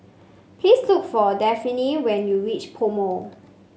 please look for Dafne when you reach PoMo